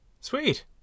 Sweet